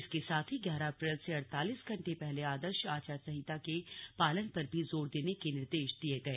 इसके साथ ही ग्यारह अप्रैल से अड़तालिस घंटे पहले आदर्श आचार संहिता के पालन पर भी जोर देने के निर्देश दिये गए